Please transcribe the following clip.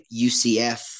UCF